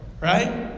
right